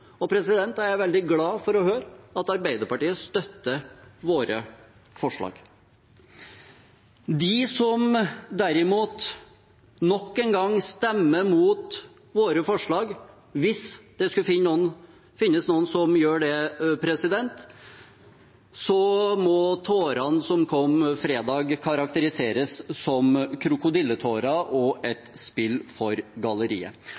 er veldig glad for å høre at Arbeiderpartiet støtter våre forslag. Når det gjelder dem som derimot nok en gang stemmer imot våre forslag – hvis det skulle finnes noen som gjør det – må tårene som kom på fredag, karakteriseres som krokodilletårer og et spill for galleriet.